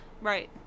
Right